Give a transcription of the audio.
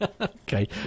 Okay